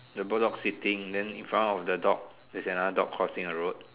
the bulldog sitting then in front of the dog there's another dog crossing the road